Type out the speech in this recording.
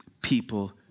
people